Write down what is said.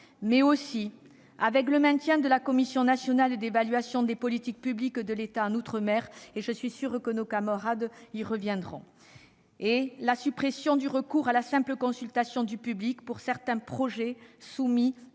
ainsi que du maintien de la Commission nationale d'évaluation des politiques publiques de l'État outre-mer- je suis certaine que nos collègues ultramarins y reviendront -et de la suppression du recours à la simple consultation du public pour certains projets soumis